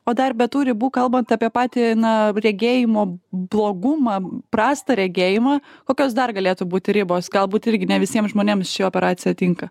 o dar be tų ribų kalbant apie patį na regėjimo blogumą prastą regėjimą kokios dar galėtų būti ribos galbūt irgi ne visiem žmonėm ši operacija tinka